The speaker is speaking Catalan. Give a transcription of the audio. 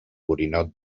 borinot